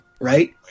right